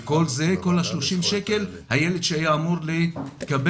זה כולה 30 שקלים שהילד היה צריך לשם.